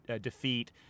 defeat